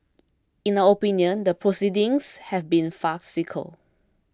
in our opinion the proceedings have been farcical